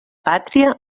pàtria